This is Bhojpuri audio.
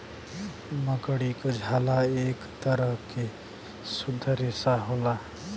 मकड़ी क झाला एक तरह के शुद्ध रेसा होला